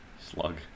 Slug